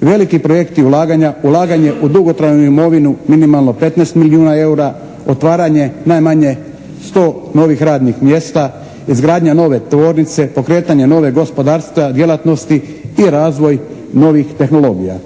Veliki projekti ulaganja, ulaganje u dugotrajnu imovinu minimalno 15 milijuna eura. Otvaranje najmanje sto radnih mjesta. Izgradnja nove tvornice, pokretanje nove gospodarstva djelatnosti i razvoj novih tehnologija.